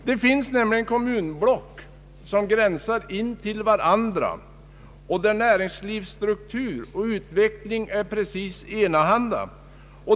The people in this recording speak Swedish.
Det finns nämligen kommunblock som gränsar intill varandra och där näringslivsstruktur och annan utveckling är enahanda.